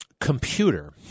computer